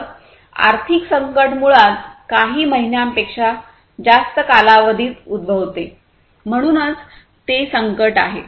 तर आर्थिक संकट मुळात काही महिन्यांपेक्षा जास्त कालावधीत उद्भवते म्हणूनच ते संकट आहे